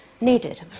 needed